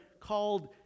called